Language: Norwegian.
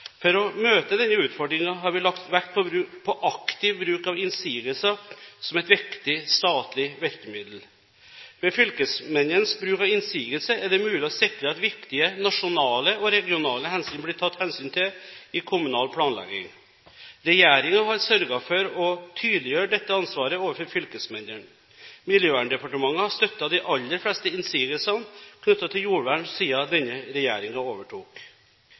For å møte denne utfordringen har vi lagt vekt på aktiv bruk av innsigelser som et viktig statlig virkemiddel. Ved fylkesmennenes bruk av innsigelse er det mulig å sikre at viktige nasjonale og regionale hensyn blir tatt hensyn til i kommunal planlegging. Regjeringen har sørget for å tydeliggjøre dette ansvaret overfor fylkesmennene. Miljøverndepartementet har støttet de aller fleste innsigelsene knyttet til jordvern siden denne regjeringen overtok.